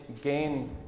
gain